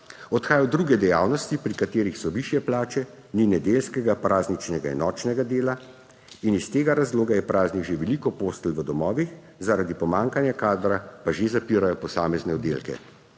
Odhajajo v druge dejavnosti, pri katerih so višje plače, ni nedeljskega, prazničnega in nočnega dela, in iz tega razloga je praznih že veliko postelj v domovih, zaradi pomanjkanja kadra pa že zapirajo posamezne oddelke.